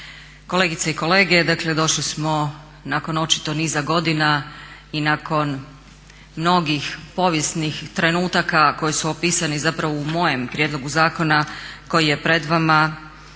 Kolegice i kolege. Dakle došli smo nakon očito niza godina i nakon mnogih povijesnih trenutaka koji su opisani zapravo u mojem prijedlogu zakona koji je pred vama